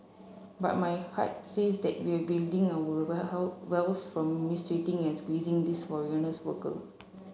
but my heart says that we're building our wealth from mistreating and squeezing these foreigners worker